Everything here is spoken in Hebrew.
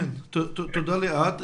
תודה, ליאת.